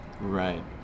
Right